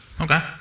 Okay